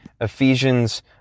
Ephesians